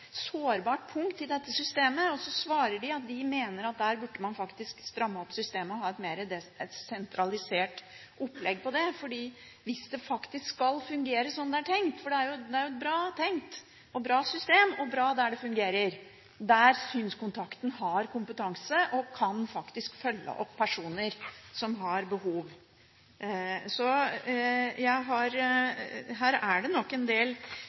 systemet. Da svarte de at de mente at man faktisk burde stramme opp systemet og ha et mer sentralisert opplegg rundt det hvis det faktisk skal fungere som det er tenkt – for det er jo bra tenkt, og det er et bra system der det fungerer – at synskontakten har kompetanse og faktisk kan følge opp personer som har behov for det. Her er det nok en del